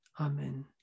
Amen